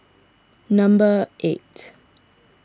number eight